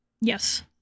Yes